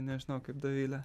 nežinau kaip dovilė